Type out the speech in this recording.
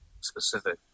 specific